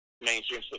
mainstream